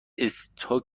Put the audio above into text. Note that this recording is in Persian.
استکهلم